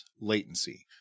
latency